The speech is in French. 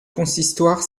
consistoire